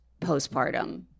postpartum